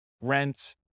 rent